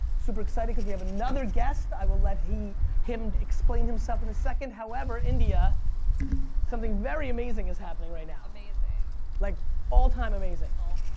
super excited because we have another guest i will let him explain himself in a second however india something very amazing is happening right now. amazing. like all-time amazing. all-time.